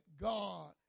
God